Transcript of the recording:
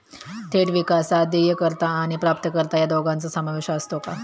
थेट विकासात देयकर्ता आणि प्राप्तकर्ता या दोघांचा समावेश असतो का?